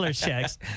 checks